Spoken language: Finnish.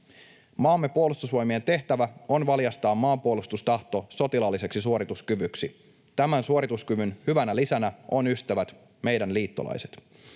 Maamme puolustusvoimien tehtävä on valjastaa maanpuolustustahto sotilaalliseksi suorituskyvyksi. Tämän suorituskyvyn hyvänä lisänä ovat ystävät, meidän liittolaisemme.